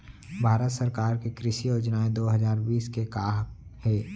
भारत सरकार के कृषि योजनाएं दो हजार बीस के का हे?